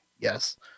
Yes